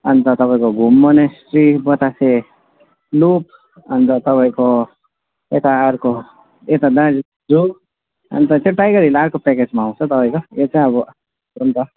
अन्त तपाईँको Ghum monastery Batasia loop अन्त तपाईँको यता अर्को यता दार्जिलिङ जो अन्त त्यो टाइगर हिल अर्को प्याकेजमा आउँछ तपाईँको यो चाहिँ अब हुन्छ